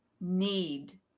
need